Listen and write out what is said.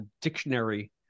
dictionary